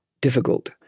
difficult